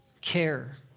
care